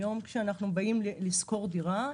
היום כשאנחנו באים לשכור דירה,